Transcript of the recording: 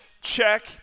check